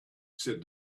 said